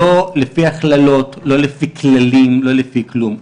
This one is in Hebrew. לא לפי הכללות, לא לפי כללים, לא לפי כלום.